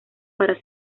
para